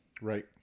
Right